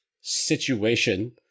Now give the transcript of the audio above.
situation